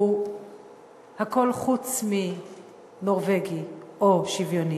הוא הכול חוץ מנורבגי או שוויוני.